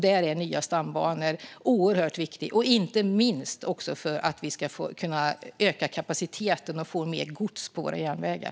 Där är nya stambanor oerhört viktiga. Det gäller inte minst för att vi ska kunna öka kapaciteten och få mer gods på våra järnvägar.